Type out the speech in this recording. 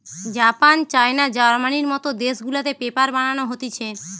Japan, China, জার্মানির মত দেশ গুলাতে পেপার বানানো হতিছে